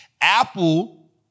Apple